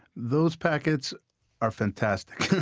those packets are fantastic.